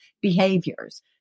behaviors